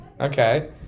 okay